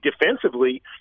defensively